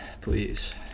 please